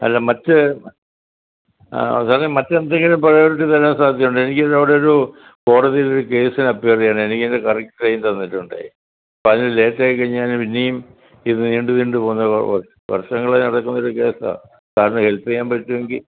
അല്ല മറ്റ് സാറേ മറ്റെന്തെങ്കിലും പ്രയോറിറ്റി തരാൻ സാധ്യത ഉണ്ടോ എനിക്ക് ഇന്നിവിടെ ഒരു കോടതിയിലൊരു കേസിന് അപ്പിയർ ചെയ്യണം എനിക്ക് എൻ്റെ കറക്റ്റ് ടൈം തന്നിട്ടുണ്ടേ അപ്പം അതിന് ലേറ്റ് ആയിക്കഴിഞ്ഞാൽ പിന്നെയും ഇത് നീണ്ട് നീണ്ട് പൊവുന്ന വർഷങ്ങളായി നടക്കുന്ന ഒരു കേസ് ആണ് സാറിന് ഹെൽപ്പ് ചെയ്യാൻ പറ്റുമെങ്കിൽ